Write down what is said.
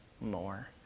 more